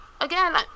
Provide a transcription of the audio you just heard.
again